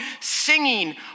singing